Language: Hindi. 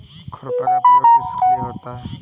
खुरपा का प्रयोग किस लिए होता है?